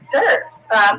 Sure